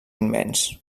immens